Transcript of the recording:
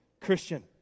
Christian